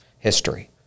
history